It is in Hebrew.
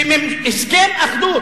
שהסכם אחדות,